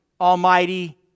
Almighty